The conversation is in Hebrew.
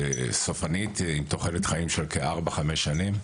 סופנית עם תוחלת חיים של כארבע חמש שנים.